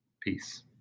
peace